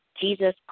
Jesus